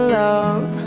love